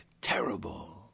terrible